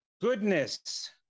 Goodness